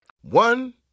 One